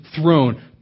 throne